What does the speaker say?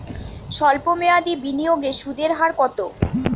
সল্প মেয়াদি বিনিয়োগে সুদের হার কত?